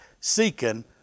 seeking